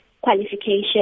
qualification